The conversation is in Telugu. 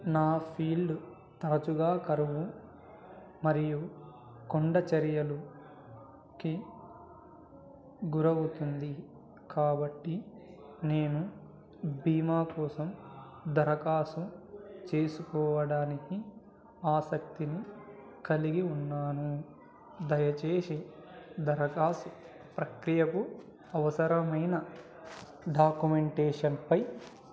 నా ఫీల్డ్ తరచుగా కరువు మరియు కొండచరియలకి గురవుతుంది కాబట్టి నేను బీమా కోసం దరఖాసు చేసుకోవడానికి ఆసక్తిని కలిగి ఉన్నాను దయచేసి దరఖాస్తు ప్రక్రియకు అవసరమైన డాక్యుమెంటేషన్పై